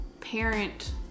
parent